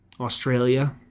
Australia